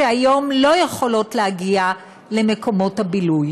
שהיום לא יכולות להגיע למקומות הבילוי.